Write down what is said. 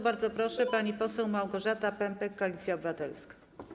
Bardzo proszę, pani poseł Małgorzata Pępek, Koalicja Obywatelska.